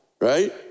Right